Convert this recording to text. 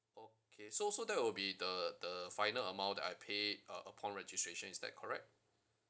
okay so so that will be the the final amount that I pay uh upon registration is that correct